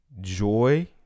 joy